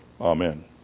Amen